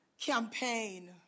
campaign